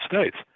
States